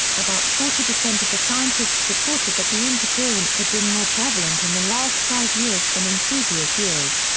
about forty percent of the scientists reported that the interference had been more prevalent in the last five years than in previous years.